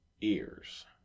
ears